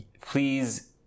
please